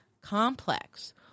complex